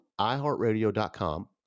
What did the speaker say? iHeartRadio.com